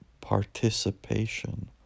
participation